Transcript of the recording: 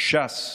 ש"ס,